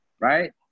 right